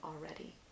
already